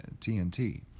TNT